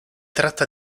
tratta